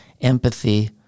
empathy